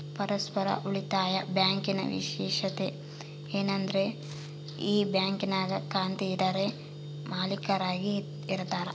ಪರಸ್ಪರ ಉಳಿತಾಯ ಬ್ಯಾಂಕಿನ ವಿಶೇಷತೆ ಏನಂದ್ರ ಈ ಬ್ಯಾಂಕಿನಾಗ ಖಾತೆ ಇರರೇ ಮಾಲೀಕರಾಗಿ ಇರತಾರ